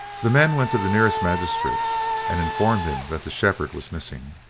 the men went to the nearest magistrate and informed him that the shepherd was missing.